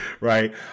right